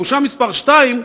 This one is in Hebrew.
בושה מספר שתיים,